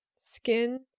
skin